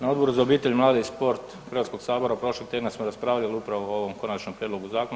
Na Odboru za obitelj, mlade i sport Hrvatskoga sabora prošli tjedan smo raspravljali upravo o ovom Konačnom prijedlogu zakona.